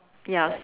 ya